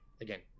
again